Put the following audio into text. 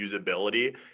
usability